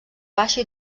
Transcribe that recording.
baixa